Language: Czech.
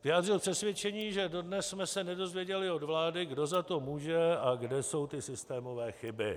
Vyjádřil přesvědčení, že dodnes jsme se nedozvěděli od vlády, kdo za to může a kde jsou ty systémové chyby.